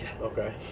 Okay